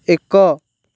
ଏକ